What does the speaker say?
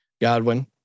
Godwin